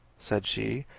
said she,